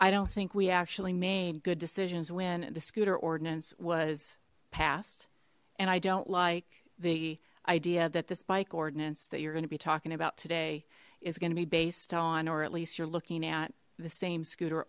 i don't think we actually made good decisions when the scooter ordinance was passed and i don't like the idea that this bike ordinance that you're gonna be talking about today is gonna be based on or at least you're looking at the same scooter